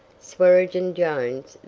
swearengen jones,